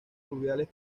fluviales